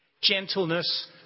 Gentleness